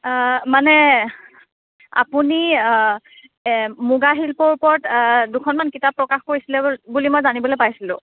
মানে আপুনি মুগা শিল্পৰ ওপৰত দুখনমান কিতাপ প্ৰকাশ কৰিছিল বুলি বুলি মই জানিবলৈ পাইছিলোঁ